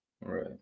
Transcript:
Right